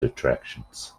attractions